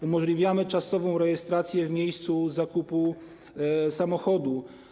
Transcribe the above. Umożliwiamy czasową rejestrację w miejscu zakupu samochodu.